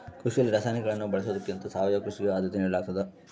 ಕೃಷಿಯಲ್ಲಿ ರಾಸಾಯನಿಕಗಳನ್ನು ಬಳಸೊದಕ್ಕಿಂತ ಸಾವಯವ ಕೃಷಿಗೆ ಆದ್ಯತೆ ನೇಡಲಾಗ್ತದ